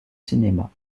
cinéma